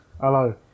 Hello